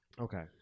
Okay